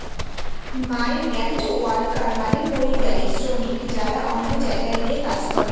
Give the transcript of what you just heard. migrant worker মানে পরিযায়ী শ্রমিক যারা অন্য জায়গায় গিয়ে কাজ করে